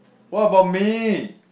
what about me